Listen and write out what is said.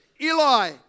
Eli